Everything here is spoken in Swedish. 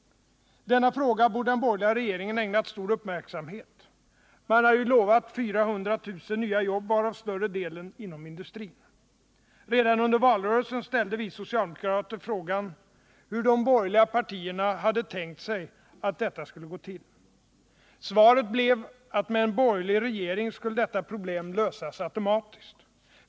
Denna fråga borde den borgerliga regeringen ha ägnat stor uppmärksamhet. Man hade ju lovat 400 000 nya jobb, varav större delen inom industrin. Redan under valrörelsen ställde vi socialdemokrater frågan, hur de borgerliga partierna hade tänkt sig att detta skulle gå till. Svaret blev att med en borgerlig regering skulle detta problem lösas automatiskt.